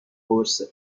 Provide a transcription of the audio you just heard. قرصه